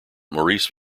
maurice